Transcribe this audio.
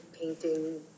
painting